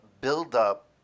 build-up